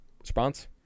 Response